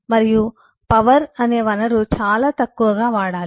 మరియు పవర్ అనే వనరు చాలా తక్కువగా వాడాలి